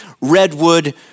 redwood